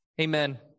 Amen